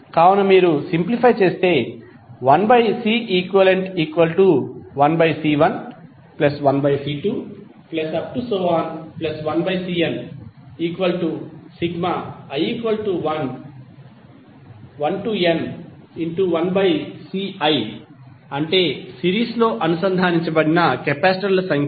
కావున మీరు సింప్లిఫై చేస్తే 1Ceq1C11C21Cni1n1Ci అంటే సిరీస్లో అనుసంధానించబడిన కెపాసిటర్ల సంఖ్య